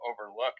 overlooked